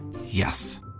Yes